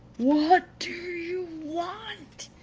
what do you want?